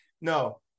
no